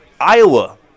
Iowa